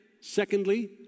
secondly